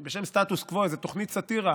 שמה "סטטוס קוו", איזו תוכנית סטירה.